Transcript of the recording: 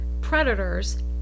predators